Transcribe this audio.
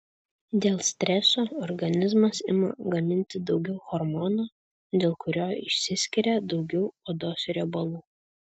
dėl streso organizmas ima gaminti daugiau hormono dėl kurio išsiskiria daugiau odos riebalų